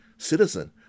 citizen